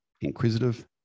inquisitive